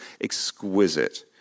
exquisite